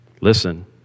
Listen